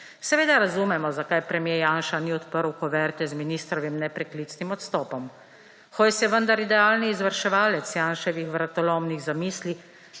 Seveda razumemo, zakaj premier Janša ni odprl kuverte z ministrovim nepreklicnim odstopom. Hojs je vendar idealni izvrševalec Janševih vratolomnih zamisli,